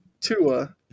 Tua